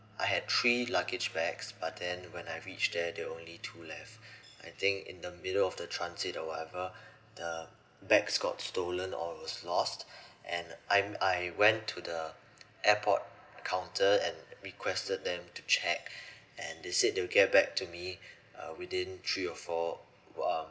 I had three luggage bags but then when I reach there there were only two left I think in the middle of the transit or whatever the bags got stolen or was lost and I'm I went to the airport counter and requested them to check and they said they will get back to me uh within three or four um